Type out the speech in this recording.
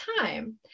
time